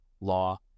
law